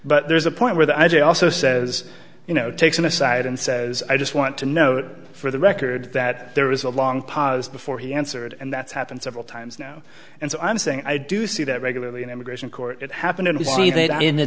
but there's a point where the i j a also says you know takes an aside and says i just want to note for the record that there is a long pause before he answered and that's happened several times now and so i'm saying i do see that regularly in immigration court it happened